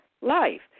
life